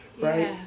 right